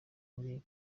ngiye